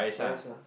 rice ah